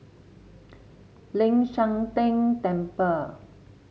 Ling San Teng Temple